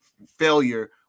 failure